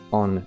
on